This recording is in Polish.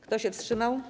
Kto się wstrzymał?